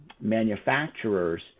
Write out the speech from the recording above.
manufacturers